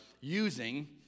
using